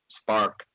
spark